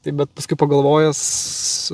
taip bet paskui pagalvojęs